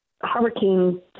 hurricane